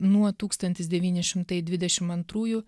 nuo tūkstantis devyni šimtai dvidešim antrųjų